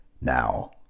Now